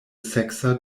seksa